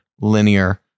linear